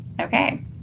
Okay